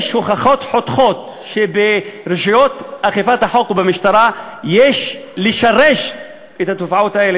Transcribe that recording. יש הוכחות חותכות שברשויות אכיפת החוק ובמשטרה יש לשרש את התופעות האלה,